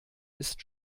ist